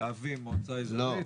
להבים מועצה אזורית?